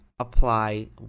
apply